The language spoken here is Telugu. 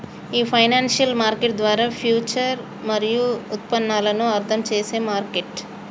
ఈ ఫైనాన్షియల్ మార్కెట్ ద్వారా ఫ్యూచర్ మరియు ఉత్పన్నాలను అర్థం చేసేది మార్కెట్